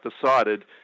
decided